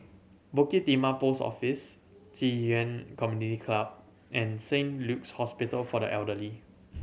Bukit Timah Post Office Ci Yuan Community Club and Saint Luke's Hospital for the Elderly